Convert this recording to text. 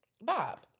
Bob